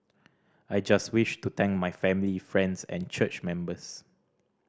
I just wish to thank my family friends and church members